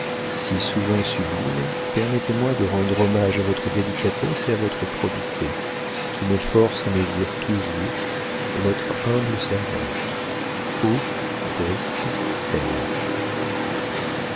si souvent sublime permettez-moi de rendre hommage à votre délicatesse et à votre probité qui me forcent à me dire toujours votre humble servante o